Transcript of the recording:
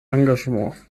engagement